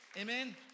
Amen